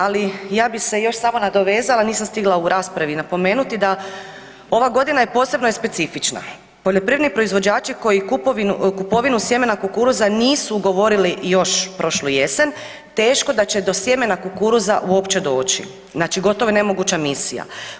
Ali ja bih se samo još nadovezala, nisam stigla u raspravi napomenuti da ova godina je posebno je specifična, poljoprivredni proizvođači koji kupovinu sjemena kukuruza nisu ugovorili još prošlu jesen teško da će do sjemena kukuruza uopće doći, znači gotovo je nemoguća misija.